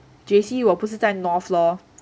J_C 我不是在 north lor